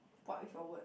what if your word